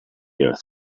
earth